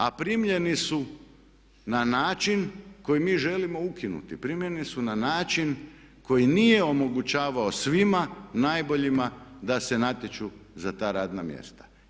A primljeni su na način koji mi želimo ukinuti, primljeni su na način koji nije omogućavao svima najboljima da se natječu za ta radna mjesta.